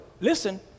Listen